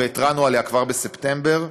והתרענו עליה כבר בספטמבר.